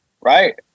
right